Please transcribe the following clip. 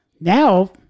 now